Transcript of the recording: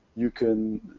you can,